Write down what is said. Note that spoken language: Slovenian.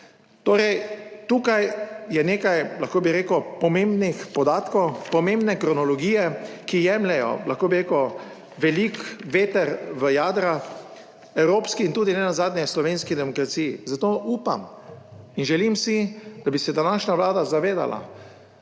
Torej tukaj je nekaj, lahko bi rekel pomembnih podatkov, pomembne kronologije, ki jemljejo, lahko bi rekel, velik veter v jadra evropski in tudi nenazadnje slovenski demokraciji. Zato upam in želim si, da bi se današnja Vlada zavedala,